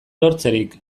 lortzerik